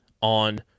on